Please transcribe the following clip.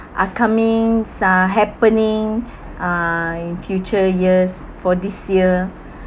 are comings uh happening uh future years for this year